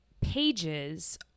pages